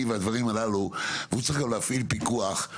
והדברים הללו והוא צריך גם להפעיל פיקוח,